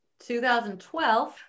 2012